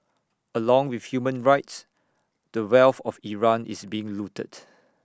along with human rights the wealth of Iran is being looted